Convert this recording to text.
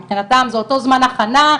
מבחינתם זה אותו זמן הכנה,